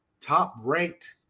top-ranked